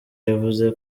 yavuze